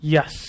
Yes